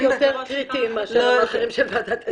יותר קריטי ממאכערים של ועדת העיזבונות.